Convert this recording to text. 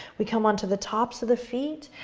we come onto the tops of the feet,